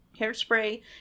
Hairspray